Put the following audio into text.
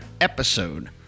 episode